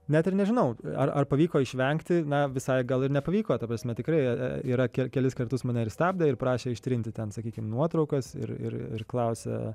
net ir nežinau ar ar pavyko išvengti na visai gal ir nepavyko ta prasme tikrai yra ke kelis kartus mane ir stabdę ir prašę ištrinti ten sakykim nuotraukas ir ir klausę